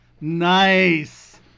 Nice